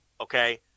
okay